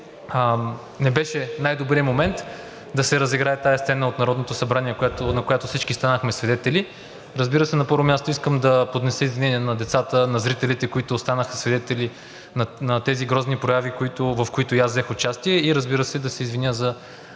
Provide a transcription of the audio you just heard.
не беше най-добрият момент да се разиграе тази сцена в Народното събрание, на която всички станахме свидетели. Разбира се, на първо място, искам да поднеса извинение на децата, на зрителите, които станаха свидетели на тези грозни прояви, в които и аз взех участие, и разбира се, да се извиня,